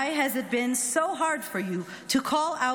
Why has it been so hard for you to call out